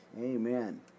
amen